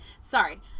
sorry